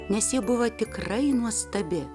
nes ji buvo tikrai nuostabi